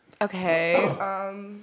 Okay